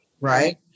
right